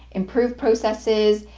improved processes,